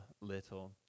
little